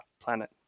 planet